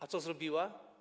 A co zrobiła?